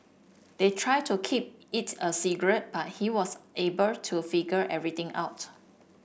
they tried to keep it a secret but he was able to figure everything out